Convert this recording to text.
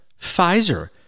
Pfizer